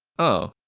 oh.